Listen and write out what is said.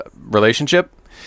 relationship